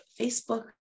Facebook